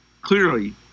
clearly